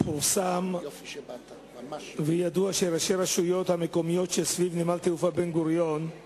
פורסם וידוע שראשי הרשויות המקומיות שסביב נמל התעופה בן-גוריון מעלים